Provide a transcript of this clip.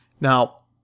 Now